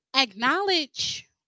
Acknowledge